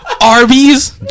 Arby's